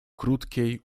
krótkiej